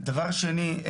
דבר שני,